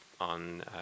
on